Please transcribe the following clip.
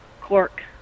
cork